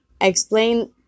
Explain